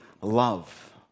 love